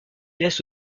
laisse